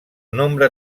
nombre